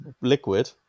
liquid